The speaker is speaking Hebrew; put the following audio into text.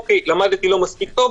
אוקיי, למדתי לא מספיק טוב,